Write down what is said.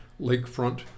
lakefront